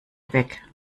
weg